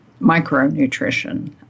micronutrition